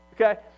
okay